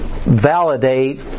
Validate